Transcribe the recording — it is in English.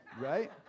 right